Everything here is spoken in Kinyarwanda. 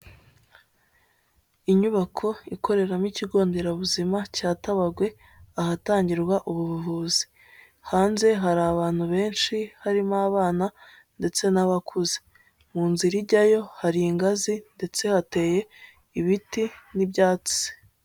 Inyubako ikoreramo ikigo nderabuzima cya Tabagwe, ahatangirwa ubu buvuzi, hanze hari abantu benshi harimo abana ndetse n'abakuze, mu nzira ijyayo hari ingazi ndetse hateye ibiti n'ibyatsi.